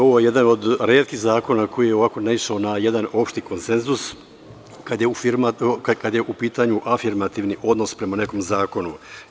Ovo je jedan od retkih zakona koji je ovako naišao na jedan opšti konsenzus, kada je u pitanju afirmativni odnos prema nekom zakonu.